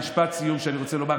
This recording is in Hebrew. משפט סיום שאני רוצה לומר,